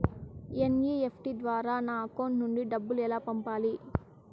NEFT ద్వారా నా account నుండి డబ్బులు ఎలా పంపాలి